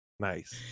Nice